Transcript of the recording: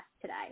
today